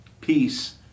Peace